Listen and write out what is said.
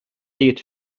eat